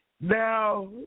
Now